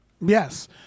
Yes